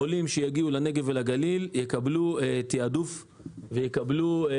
עולים שיגיעו לנגב ולגליל יקבלו תעדוף ודחיפה.